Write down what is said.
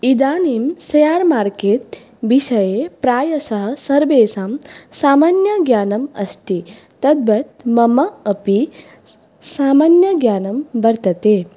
इदानीं share market विषये प्रायशः सर्वेषां सामान्यज्ञानम् अस्ति तद्वत् मम अपि सामान्यज्ञानं वर्तते